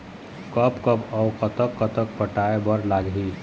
कब कब अऊ कतक कतक पटाए बर लगही